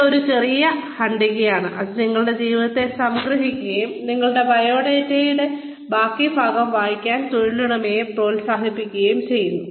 ഇത് ഒരു ചെറിയ ഖണ്ഡികയാണ് അത് നിങ്ങളുടെ ജീവിതത്തെ സംഗ്രഹിക്കുകയും നിങ്ങളുടെ ബയോഡാറ്റയുടെ ബാക്കി ഭാഗം വായിക്കാൻ തൊഴിലുടമയെ പ്രേരിപ്പിക്കുകയും ചെയ്യുന്നു